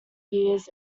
years